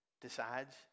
decides